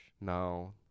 No